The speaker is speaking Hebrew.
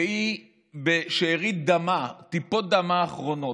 והיא, בשארית כוחה, בטיפות דמה האחרונות,